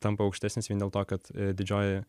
tampa aukštesnis vien dėl to kad didžioji